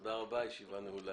תודה רבה, הישיבה נעולה.